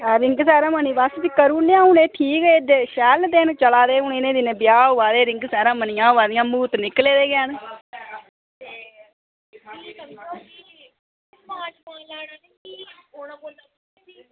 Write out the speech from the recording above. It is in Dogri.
ते रिंग सेरेमनी दा करी ओड़ने आं ठीक ऐ शैल दिन न चला दे इनें दि्नें कि्न्ने ब्याह् होआ दे रिंग सेरेमनियां होआ दियां ते उत्त निकले दे गै न